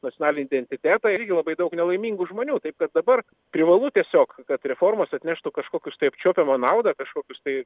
nacionalinį identitetą ir labai daug nelaimingų žmonių taip kad dabar privalu tiesiog kad reformos atneštų kažkokius tai apčiuopiamą naudą kažkokius tai